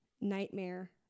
nightmare